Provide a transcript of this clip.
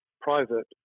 private